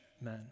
men